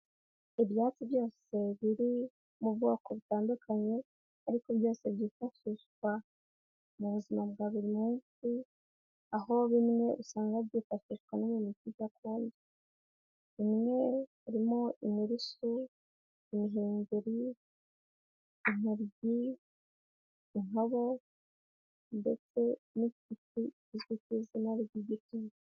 Ibyatsi byose biri mu bwoko butandukanye ariko byose byifashishwa mu buzima bwa buri munsi, aho bimwe usanga byifashishwa nko mu miti gakondo, harimo inturusu, impengeri, indabyo ndetse n'igiti kizwi ku izina ry'igiti.